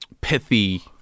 pithy